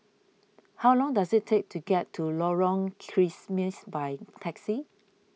how long does it take to get to Lorong by taxi